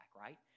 right